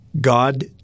God